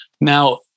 Now